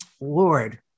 Lord